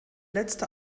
letzte